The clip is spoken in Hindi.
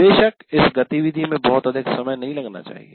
बेशक इस गतिविधि में बहुत अधिक समय नहीं लगना चाहिए